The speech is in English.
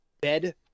bed